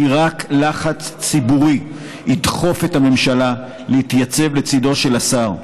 כי רק לחץ ציבורי ידחוף את הממשלה להתייצב לצידו של השר,